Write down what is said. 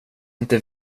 inte